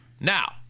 Now